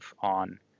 on